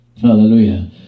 hallelujah